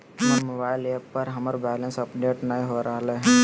हमर mobile app पर हमर बैलेंस अपडेट नय हो रहलय हें